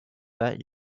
that